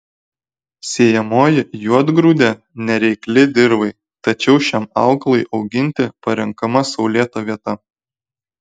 sėjamoji juodgrūdė nereikli dirvai tačiau šiam augalui auginti parenkama saulėta vieta